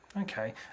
Okay